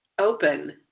open